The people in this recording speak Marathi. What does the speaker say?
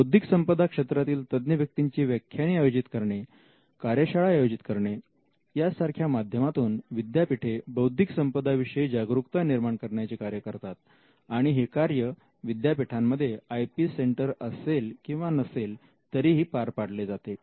बौद्धिक संपदा क्षेत्रातील तज्ञ व्यक्तींची व्याख्याने आयोजित करणे कार्यशाळा आयोजित करणे यासारख्या माध्यमातून विद्यापीठे बौद्धिक संपदा विषयी जागरूकता निर्माण करण्याचे कार्य करतात आणि हे कार्य विद्यापीठांमध्ये आय पी सेंटर असेल किंवा नसेल तरीही पार पाडले जाते